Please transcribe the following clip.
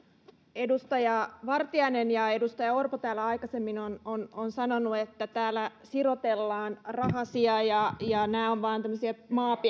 edustaja vartiainen ja edustaja orpo täällä aikaisemmin ovat sanoneet että täällä sirotellaan rahasia ja ja nämä ovat vain tämmöisiä